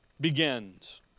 begins